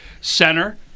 Center